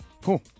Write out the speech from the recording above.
Cool